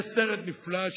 זה בדיוק המספר.